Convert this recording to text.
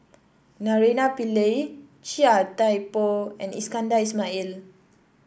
Naraina Pillai Chia Thye Poh and Iskandar Ismail